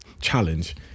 challenge